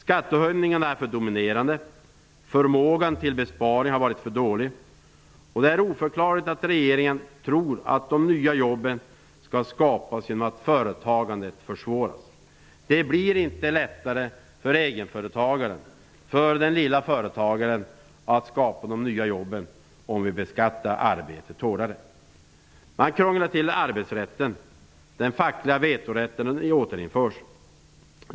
Skattehöjningarna är för dominerande. Förmågan till besparingar har varit för dålig. Det är oförklarligt att regeringen tror att de nya jobben skall skapas genom att företagandet försvåras. Det blir inte lättare för egenföretagaren, för den lille företagaren, att skapa de nya jobben, om vi beskattar arbetet hårdare. Man krånglar till arbetsrätten. Den fackliga vetorätten återinförs.